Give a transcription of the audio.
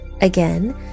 again